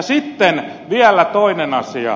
sitten vielä toinen asia